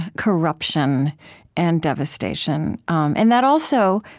corruption and devastation. um and that also,